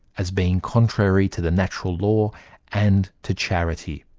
as being contrary to the natural law and to charity.